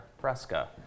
Fresca